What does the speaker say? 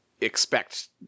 expect